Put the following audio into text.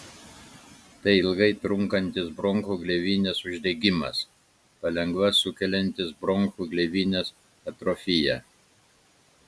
tai ilgai trunkantis bronchų gleivinės uždegimas palengva sukeliantis bronchų gleivinės atrofiją